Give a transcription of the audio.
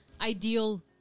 ideal